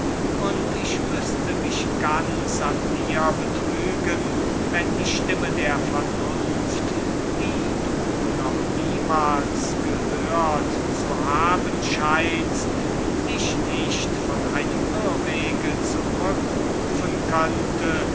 und ich müßte mich ganz mit dir betrügen wenn die stimme der vernunft die du noch niemals gehört zu haben scheinst dich nicht von einem irrwege zurückrufen könnte